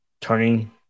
turning